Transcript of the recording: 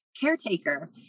caretaker